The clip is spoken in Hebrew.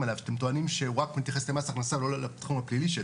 עליו שאתם טוענים שהוא רק מתייחס למס הכנסה ולא לתחום הפלילי שלו.